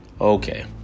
Okay